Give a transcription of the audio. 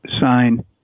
sign